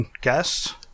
guests